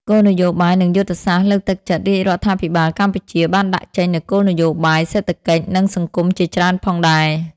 គោលនយោបាយនិងយុទ្ធសាស្រ្តលើកទឹកចិត្តរាជរដ្ឋាភិបាលកម្ពុជា បានដាក់ចេញនូវគោលនយោបាយសេដ្ឋកិច្ច និងសង្គមជាច្រើនផងដែរ។